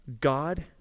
God